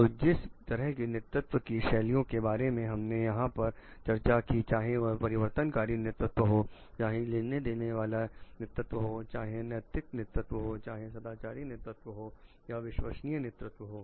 तो जिस तरह के नेतृत्व की शैलियों के बारे में हमने यहां पर चर्चा की चाहे वह परिवर्तनकारी नेतृत्व हो चाहे लेन देन वाला नेतृत्व हो चाहे नैतिक नेतृत्व हो चाहे सदाचारी नेतृत्व हो या विश्वसनीय नेतृत्व हो